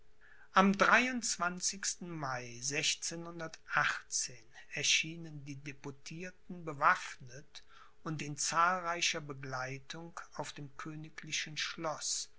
am mai erschienen die deputierten bewaffnet und in zahlreicher begleitung auf dem königlichen schloß